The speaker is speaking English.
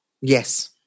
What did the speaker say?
Yes